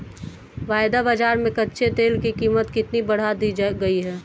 वायदा बाजार में कच्चे तेल की कीमत कितनी बढ़ा दी गई है?